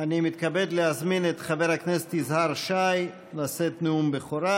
אני מתכבד להזמין את חבר הכנסת יזהר שי לשאת נאום בכורה.